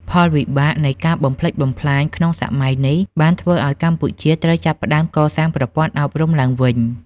ផលវិបាកនៃការបំផ្លិចបំផ្លាញក្នុងសម័យនេះបានធ្វើឱ្យកម្ពុជាត្រូវចាប់ផ្ដើមកសាងប្រព័ន្ធអប់រំឡើងវិញ។